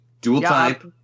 Dual-type